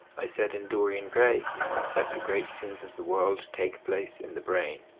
i said in dorian gray that the great sins of the world take place in the brain